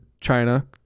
China